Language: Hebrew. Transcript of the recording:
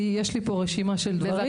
יש לי רשימה של דברים,